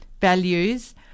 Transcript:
values